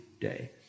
day